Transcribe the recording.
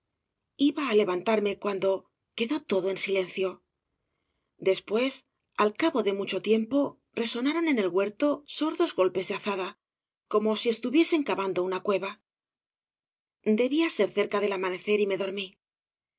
iba á levantarme cuando quedó todo en silencio después al cabo de mucho tiempo resonaron en el huerto sordos golpes de azada como si estuviesen cavando una cueva debía ser cerca del amanecer y me dormí